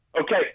Okay